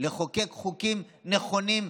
לחוקק חוקים נכונים,